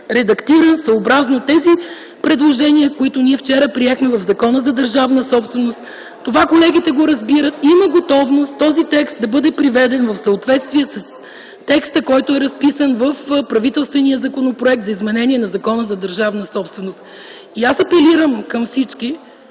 редактиран, съобразно тези предложения, които ние вчера приехме в Закона за държавната собственост. Това колегите го разбират. Има готовност този текст да бъде приведен в съответствие с разписания текст в правителствения законопроект за изменение на Закона за държавната собственост. Аз апелирам към всички